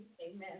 Amen